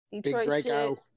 Detroit